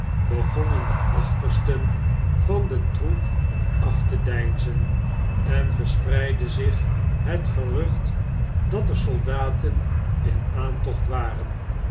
begonnen de achtersten van den troep af te deinzen en verspfeidde zich het gerucht dat er soldaten in aantocht waren